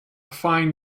fine